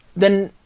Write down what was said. then,